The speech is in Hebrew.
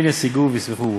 כן ישיגהו וישמח בו.